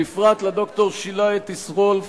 בפרט לד"ר שילה הטיס-רולף,